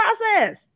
process